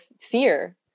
fear